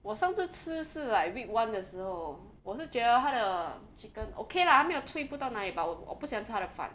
我上次吃是 like week one 的时候我是觉得他的 chicken okay lah 还没有退步到那里 but 我我不喜欢吃他的饭